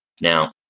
Now